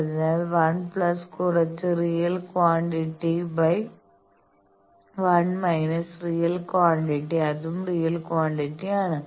അതിനാൽ 1 പ്ലസ് കുറച്ച് real quantity by 1 minus real quantity അതും റിയൽ ക്വാണ്ടിറ്റി ആണ്